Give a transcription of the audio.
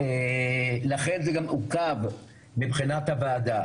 לכן זה גם עוכב מבחינת הוועדה